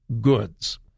goods